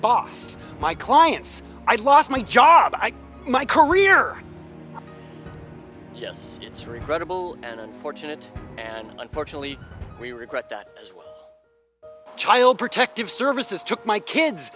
boss my clients i lost my job i my career yes it's regrettable and unfortunate and unfortunately we regret that as well child protective services took my kids